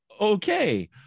okay